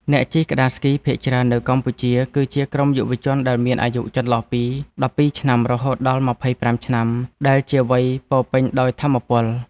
អ្នកជិះក្ដារស្គីភាគច្រើននៅកម្ពុជា គឺជាក្រុមយុវជនដែលមានអាយុចន្លោះពី ១២ ឆ្នាំ រហូតដល់ ២៥ ឆ្នាំ ដែលជាវ័យពោរពេញដោយថាមពល។